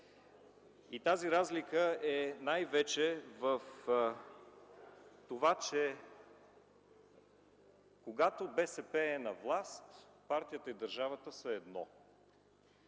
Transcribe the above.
Тази разлика е най-вече в това, че когато БСП е на власт, партията и държавата са едно.